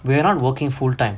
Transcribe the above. we are not working full-time